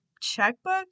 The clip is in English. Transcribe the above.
checkbook